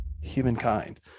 humankind